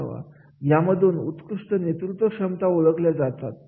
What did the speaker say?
यामधून उत्कृष्ट नेतृत्व क्षमता ओळखा जाऊ शकतात